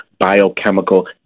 biochemical